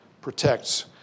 protects